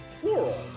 Plural